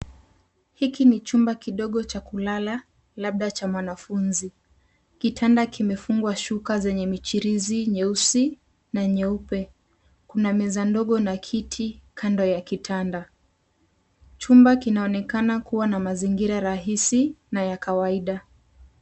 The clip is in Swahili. Hiki ni chumba kidogo cha kulala, labda cha mwanafunzi. Kitanda kimefungwa shuka zenye michirizi nyeusi na nyeupe. Kuna meza ndogo na kiti kando ya kitanda. Chumba kinaonekana kuwa na mazingira rahisi na ya kawaida.